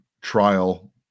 trial